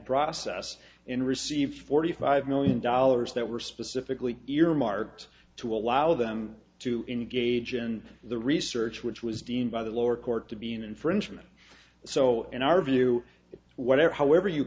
process in received forty five million dollars that were specifically earmarked to allow them to engage in the research which was deemed by the lower court to be an infringement so in our view it whatever however you